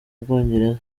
bwongereza